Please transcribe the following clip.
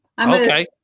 Okay